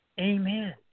Amen